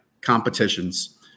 competitions